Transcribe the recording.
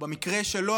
ובמקרה שלו,